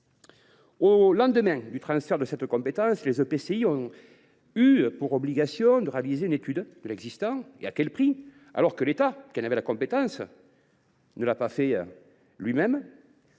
Au lendemain du transfert de cette compétence, les EPCI ont été obligées de réaliser une étude de l’existant – à quel prix !–, alors que l’État, qui en avait auparavant la compétence, ne l’avait pas fait lui même